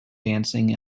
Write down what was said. dancing